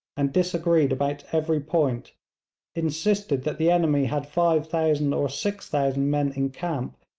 and disagreed about every point insisted that the enemy had five thousand or six thousand men in camp,